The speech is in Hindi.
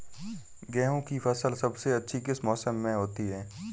गेंहू की फसल सबसे अच्छी किस मौसम में होती है?